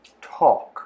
talk